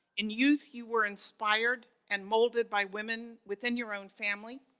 in youth you were inspired and molded by women within your own family,